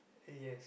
uh yes